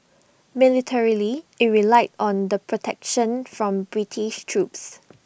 militarily IT relied on the protection from British troops